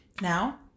Now